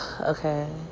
Okay